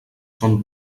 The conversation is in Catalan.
són